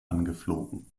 angeflogen